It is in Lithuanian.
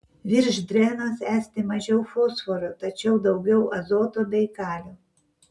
virš drenos esti mažiau fosforo tačiau daugiau azoto bei kalio